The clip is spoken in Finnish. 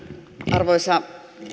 arvoisa